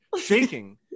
shaking